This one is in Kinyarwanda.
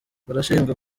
barashinjwa